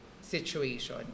situation